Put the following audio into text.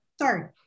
sorry